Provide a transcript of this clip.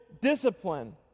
discipline